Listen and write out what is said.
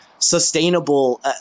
sustainable